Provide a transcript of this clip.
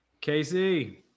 Casey